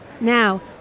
Now